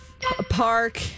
Park